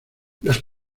las